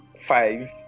five